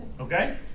Okay